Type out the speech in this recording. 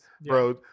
bro